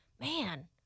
man